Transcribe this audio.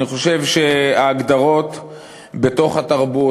אני חושב שההגדרות בתוך התרבות,